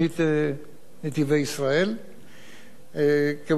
מובן שזה דבר שיש בו טוב,